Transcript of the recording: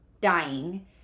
dying